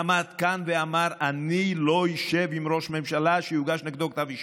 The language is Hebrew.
עמד כאן ואמר: אני לא אשב עם ראש ממשלה שיוגש נגדו כתב אישום.